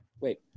Wait